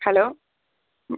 hello ம்